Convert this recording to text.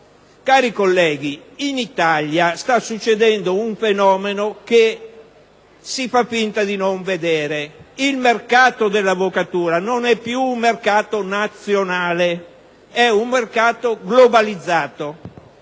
Cari colleghi, in Italia sta succedendo un fenomeno che si fa finta di non vedere: il mercato dell'avvocatura non è più un mercato nazionale ma globalizzato